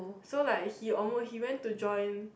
so like he almo~ he went to join